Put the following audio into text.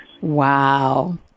Wow